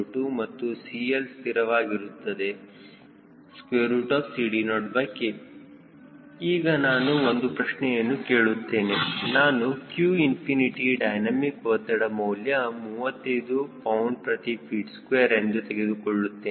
02 ಮತ್ತು CL ಸ್ಥಿರವಾಗಿರುತ್ತದೆ CD0K ಈಗ ನಾನು ಒಂದು ಪ್ರಶ್ನೆಯನ್ನು ಕೇಳುತ್ತೇನೆ ನಾನು q ಇನ್ಫಿನಿಟಿ ಡೈನಮಿಕ್ ಒತ್ತಡ ಮೌಲ್ಯ 35 lbft2 ಎಂದು ತೆಗೆದುಕೊಳ್ಳುತ್ತೇನೆ